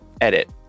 Edit